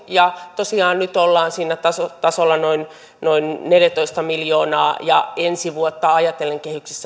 tosiaan nyt ollaan tasolla tasolla noin noin neljätoista miljoonaa ja ensi vuotta ajatellen kehyksessä